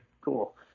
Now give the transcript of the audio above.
Cool